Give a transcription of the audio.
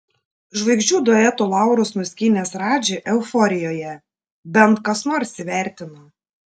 žvaigždžių duetų laurus nuskynęs radži euforijoje bent kas nors įvertino